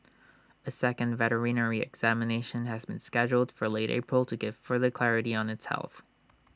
A second veterinary examination has been scheduled for late April to give further clarity on its health